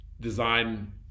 design